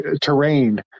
terrain